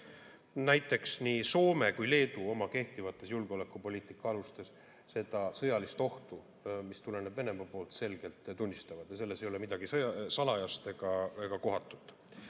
Näiteks, nii Soome kui ka Leedu oma kehtivates julgeolekupoliitika alustes seda sõjalist ohtu, mis tuleneb Venemaa poolt, selgelt tunnistavad. Selles ei ole midagi salajast ega